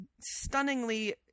stunningly